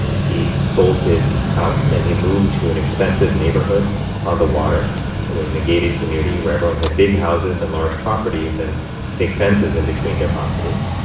he sold his house, and he moved to an expensive neighborhood on the water in a gated community where everyone had big houses and large properties and big fences in between their properties.